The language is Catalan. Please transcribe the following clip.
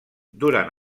durant